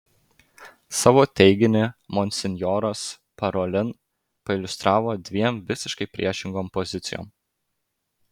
savo teiginį monsinjoras parolin pailiustravo dviem visiškai priešingom pozicijom